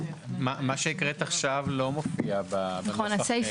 (ג)הודעה על הסמכת עובד ציבור כאמור בסעיף זה